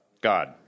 God